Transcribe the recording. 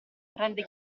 rende